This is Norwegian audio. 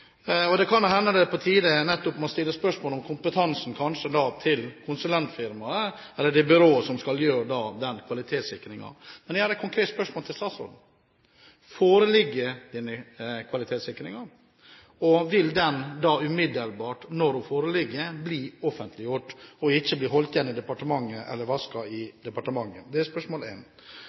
Det kan jo hende det er på tide nettopp å stille spørsmål ved kompetansen til konsulentfirmaet eller byrået som skal gjøre den kvalitetssikringen. Jeg har et konkret spørsmål til statsråden: Foreligger denne kvalitetssikringen? Og vil den umiddelbart, når den foreligger, bli offentliggjort, og ikke holdt igjen eller vasket i departementet? Det er spørsmål